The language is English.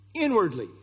inwardly